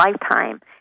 lifetime